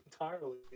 entirely